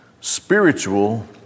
spiritual